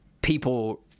People